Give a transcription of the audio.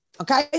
okay